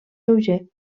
lleuger